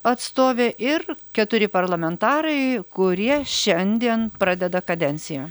atstovė ir keturi parlamentarai kurie šiandien pradeda kadenciją